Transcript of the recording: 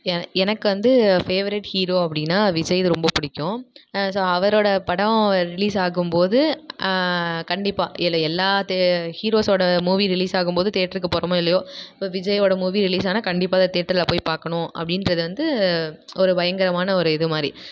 எனக் எனக்கு வந்து ஃபேவரட் ஹீரோ அப்படின்னா விஜய் இது ரொம்ப பிடிக்கும் ஸோ அவரோட படம் ரிலீஸ் ஆகும்போது கண்டிப்பாக இதில் எல்லாத்து ஹீரோஸோட மூவி ரிலீஸ் ஆகும் போது தியேட்டருக்கு போகறமோ இல்லையோ இப்போ விஜயோட மூவி ரிலீஸ் ஆனால் கண்டிப்பாக அதை தியேட்டரில் போய் பார்க்கணும் அப்படின்றது வந்து ஒரு பயங்கரமான ஒரு இது மாதிரி